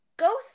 go